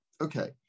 Okay